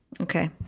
Okay